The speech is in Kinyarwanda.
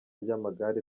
ry’amagare